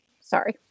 sorry